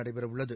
நடைபெறவுள்ளது